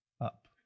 up